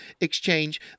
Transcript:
exchange